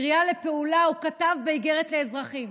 קריאה לפעולה, הוא כתב באיגרת לאזרחים.